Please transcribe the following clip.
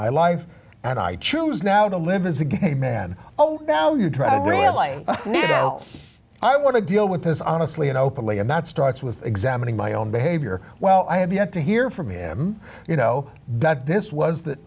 my life and i choose now to live as a gay man oh now you travel real life i want to deal with this honestly and openly and that starts with examining my own behavior well i have yet to hear from him you know that this was th